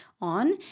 on